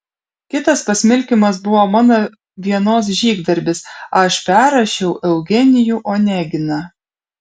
kitas pasmilkymas buvo mano vienos žygdarbis aš perrašiau eugenijų oneginą